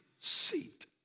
seat